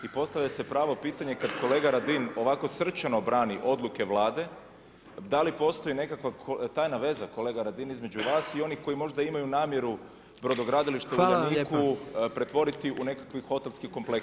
I postavlja se pravo pitanje kad kolega Radin ovako srčano brani odluke Vlade, da li postoji nekakva tajna veza kolega Radin između vas i onih koji možda imaju namjeru brodogradilište u Uljaniku pretvoriti u nekakvi hotelski kompleks.